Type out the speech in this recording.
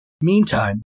Meantime